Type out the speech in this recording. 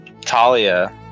Talia